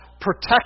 protect